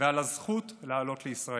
ועל הזכות לעלות לישראל.